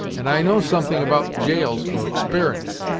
and i know something about gaols from exper'ence.